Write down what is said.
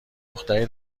دختری